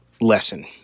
lesson